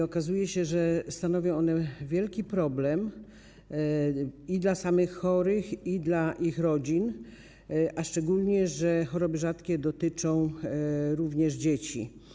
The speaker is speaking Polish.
Okazuje się, że stanowią one wielki problem i dla samych chorych, i dla ich rodzin, szczególnie że choroby rzadkie dotyczą również dzieci.